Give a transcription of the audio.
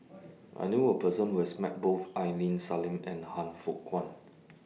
I knew A Person Who has Met Both Aini Salim and Han Fook Kwang